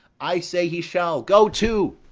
i say he shall. go to!